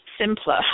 simpler